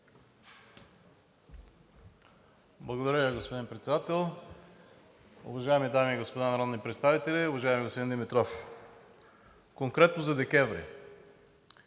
Благодаря Ви, господин Председател. Уважаеми дами и господа народни представители, уважаеми господин Димитров! Конкретно за декември.